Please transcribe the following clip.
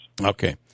Okay